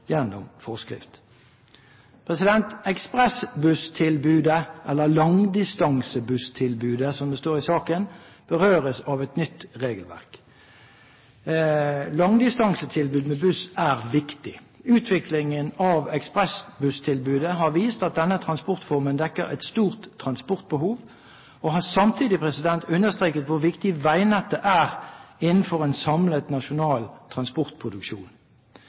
gjennom forskrift. Ekspressbusstilbudet – eller langdistansebusstilbudet, som det står i innstillingen – berøres av et nytt regelverk. Langdistansetilbud med buss er viktig. Utviklingen av ekspressbusstilbudet har vist at denne transportformen dekker et stort transportbehov og har samtidig understreket hvor viktig veinettet er innenfor en samlet nasjonal transportproduksjon.